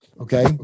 okay